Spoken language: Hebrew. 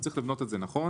צריך לבנות את זה נכון,